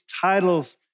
titles